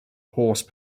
horse